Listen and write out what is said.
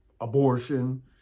abortion